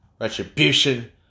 Retribution